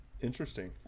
Interesting